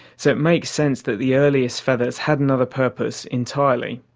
so it makes sense that the earliest feathers had another purpose entirely.